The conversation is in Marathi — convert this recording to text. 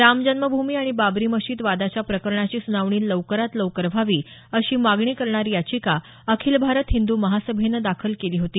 राम जन्मभूमी आणि बाबरी मशिद वादाच्या प्रकरणाची सुनावणी लवकरात लवकर व्हावी अशी मागणी करणारी याचिका अखिल भारत हिंदू महासभेनं दाखल केली होती